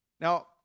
Now